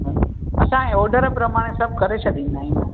असां ऑडर प्रमाण सब करे छॾींदा आहियूं